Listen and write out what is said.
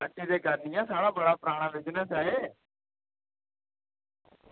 साढ़ा बड़ा पराना बिज़नेस ऐ एह्